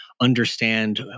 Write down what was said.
understand